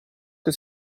che